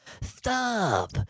Stop